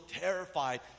terrified